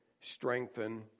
strengthen